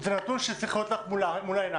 וזה נתון שצריך להיות לך מול העיניים,